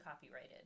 copyrighted